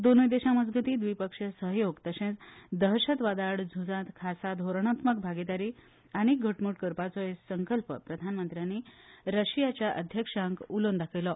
दोनूय देशा मजगतीं द्विपक्षीय सहयोग तशेंच आतंकवादा आड झुजांत खासा धोरणात्मक भागिदारी आनीक घटमूट करपाचोय संकल्प प्रधानमंत्र्यानी रशियाच्या अध्यक्षांक उलावन दाखयलो